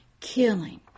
killing